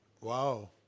Wow